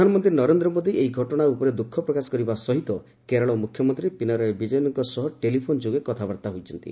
ପ୍ରଧାନମନ୍ତ୍ରୀ ନରେନ୍ଦ୍ର ମୋଦୀ ଏହି ଘଟଣା ଉପରେ ଦୁଃଖ ପ୍ରକାଶ କରିବା ସହିତ କେରଳ ମୁଖ୍ୟମନ୍ତ୍ରୀ ପିନାରାୟ ବିଜୟନ୍ଙ୍କ ସହ ଟେଲିଫୋନ୍ ଯୋଗେ କଥା ହୋଇଛନ୍ତି